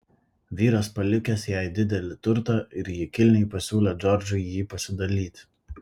vyras palikęs jai didelį turtą ir ji kilniai pasiūlė džordžui jį pasidalyti